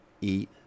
eat